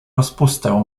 rozpustę